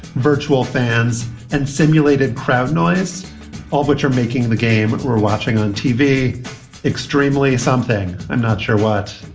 virtual fans and simulated crowd noise, all of which are making the game. we're watching on tv extremely something. i'm not sure what.